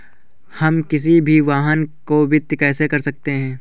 हम किसी भी वाहन को वित्त कैसे कर सकते हैं?